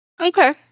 okay